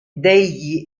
degli